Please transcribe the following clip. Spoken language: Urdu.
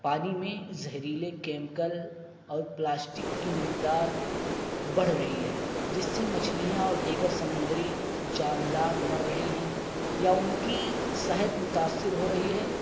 پانی میں زہریلے کیمیکل اور پلاسٹک کی مقدار بڑھ رہی ہے جس سے مچھلیاں اور دیگر سمندری جاندار مر رہے ہیں یا ان کی صحت متاثر ہو رہی ہے